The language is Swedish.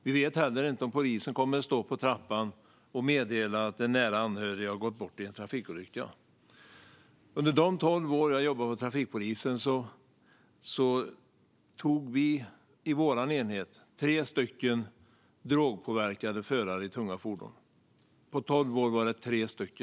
Vi vet inte heller om polisen kommer att stå på trappan och meddela att en nära anhörig har gått bort i en trafikolycka. Under de tolv år som jag jobbade vid trafikpolisen tog vi i vår enhet tre drogpåverkade förare i tunga fordon.